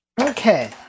Okay